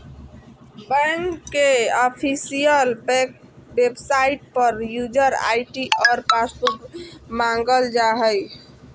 bank के official website पर user ID और पासवर्ड मांगल जा हइ